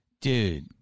Dude